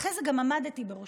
ואחרי זה גם עמדתי בראשה,